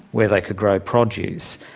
where they could grow produce.